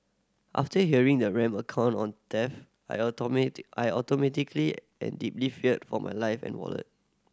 after hearing the rampant account on theft I automatic I automatically and deeply feared for my life and wallet